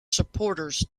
supporters